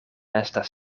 estas